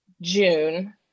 June